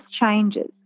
changes